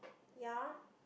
ya